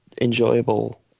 enjoyable